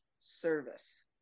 service